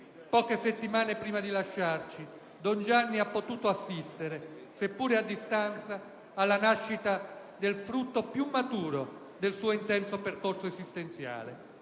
Poche settimane prima di lasciarci, don Gianni ha potuto assistere - seppure a distanza - alla nascita del frutto più maturo del suo intenso percorso esistenziale: